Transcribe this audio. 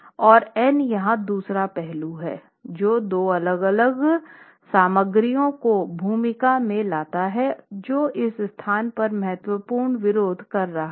और n यहाँ दूसरा पहलू है जो दो अलग अलग सामग्रियों को भूमिका में लाता है जो इस स्थान पर महत्वपूर्ण विरोध कर रहा हैं